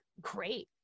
great